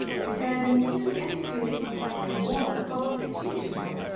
returning two and two from their morning constitutional.